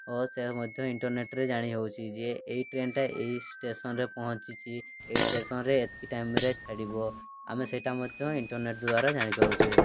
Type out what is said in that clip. ଓ ସେ ମଧ୍ୟ ଇଣ୍ଟର୍ନେଟ୍ରେ ଜାଣି ହେଉଛି ଯେ ଏହି ଟ୍ରେନ୍ଟା ଏହି ଷ୍ଟେସନ୍ରେ ପହଞ୍ଚିଛି ଏହି ଷ୍ଟେସନ୍ରେ ଏତିକି ଟାଇମ୍ରେ ଛାଡ଼ିବ ଆମେ ସେଇଟା ମଧ୍ୟ ଇଣ୍ଟର୍ନେଟ୍ ଦ୍ୱାରା ଜାଣିପାରୁଛେ